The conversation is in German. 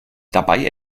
dabei